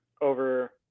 over